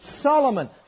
Solomon